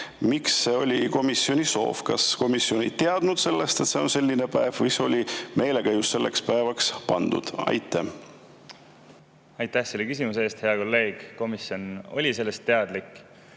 Miks see oli komisjoni soov? Kas komisjon ei teadnud, et see on selline päev, või see sai meelega just selleks päevaks pandud? Aitäh selle küsimuse eest, hea kolleeg! Komisjon oli sellest teadlik,